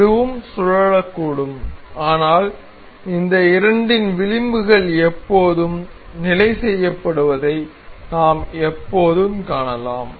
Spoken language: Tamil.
இதுவும் சுழலக்கூடும் ஆனால் இந்த இரண்டின் விளிம்புகள் எப்போதும் நிலை செய்யப்படுவதை நாம் எப்போதும் காணலாம்